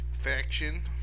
Faction